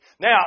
Now